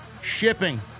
shipping